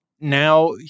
now